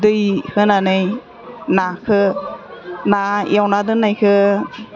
दै होनानै नाखौ ना एवना दोन्नायखौ